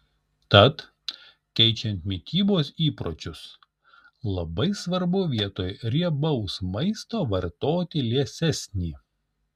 tad keičiant mitybos įpročius labai svarbu vietoj riebaus maisto vartoti liesesnį